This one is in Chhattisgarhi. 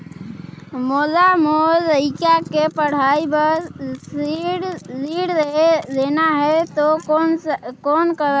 मोला मोर लइका के पढ़ाई बर ऋण लेना है तो कौन करव?